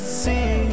see